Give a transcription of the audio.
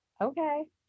Okay